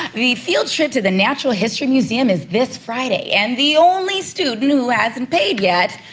the field trip to the natural history museum is this friday. and the only student who hasn't paid yet,